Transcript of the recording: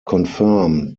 confirmed